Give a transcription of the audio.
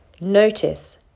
notice